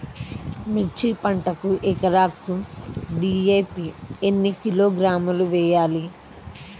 మిర్చి పంటకు ఎకరాకు డీ.ఏ.పీ ఎన్ని కిలోగ్రాములు వేయాలి?